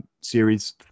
series